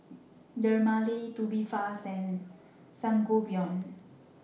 Dermale Tubifast and Sangobion